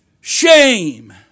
shame